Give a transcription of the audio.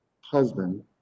husband